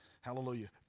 Hallelujah